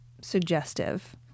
suggestive